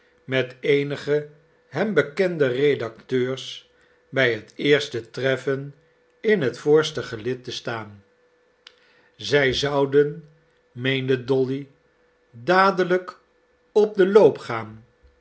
met eenige hem bekende redacteurs bij het eerste treffen in het voorste gelid te staan zij zouden meende dolly dadelijk op den loop gaan